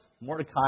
Mordecai